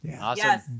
awesome